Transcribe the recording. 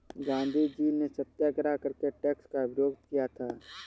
गांधीजी ने सत्याग्रह करके टैक्स का विरोध किया था